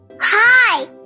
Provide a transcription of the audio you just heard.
Hi